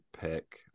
pick